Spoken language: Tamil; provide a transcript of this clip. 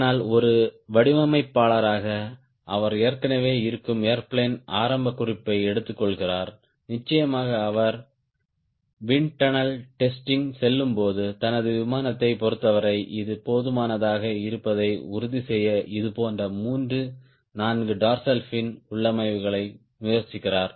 ஆனால் ஒரு வடிவமைப்பாளராக அவர் ஏற்கனவே இருக்கும் ஏர்பிளேன் ஆரம்ப குறிப்பை எடுத்துக்கொள்கிறார் நிச்சயமாக அவர் விண்ட் டன்னல் டெஸ்டிங் செல்லும்போது தனது விமானத்தைப் பொறுத்தவரை இது போதுமானதாக இருப்பதை உறுதிசெய்ய இதுபோன்ற மூன்று நான்கு டார்சல் ஃபின் உள்ளமைவுகளை முயற்சிக்கிறார்